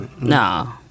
No